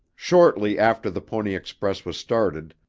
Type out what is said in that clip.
shortly after the pony express was started,